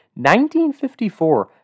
1954